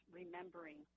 remembering